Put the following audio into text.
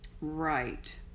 right